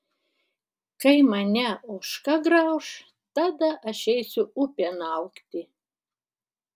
kai mane ožka grauš tada aš eisiu upėn augti